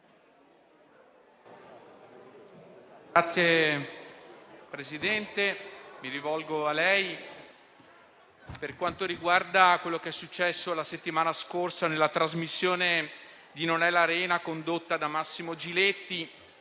Signor Presidente, mi rivolgo a lei con riferimento a quello che è successo la settimana scorsa nella trasmissione «Non è l'arena», condotta da Massimo Giletti,